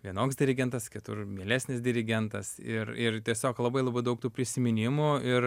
vienoks dirigentas kitur mielesnis dirigentas ir ir tiesiog labai labai daug tų prisiminimų ir